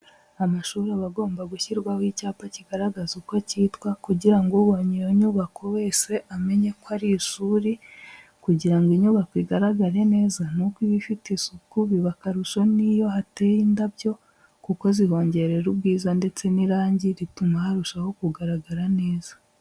Amashuri abagomba gushyirwaho icyapa kigaragaza uko cyitwa kugira ngo ubonye iyo nyubako wese amenye ko ari ishuri kugira ngo inyubako igaragare neza nuko iba ifite isuku biba akarusho n'iyo hateye indabyo kuko zihongerera ubwiza ndetse n'irangi rituma harushaho kugaragara neza.